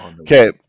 Okay